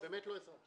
זה באמת לא עזרה.